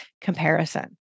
comparison